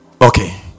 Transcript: Okay